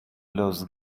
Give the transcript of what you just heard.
los